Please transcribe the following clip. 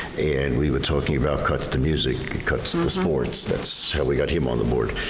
and we were talking about cuts to music, cuts to sports, that's how we got him on the board.